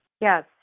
Yes